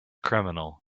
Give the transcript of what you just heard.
criminal